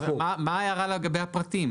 מה ההערה לגבי הפרטים?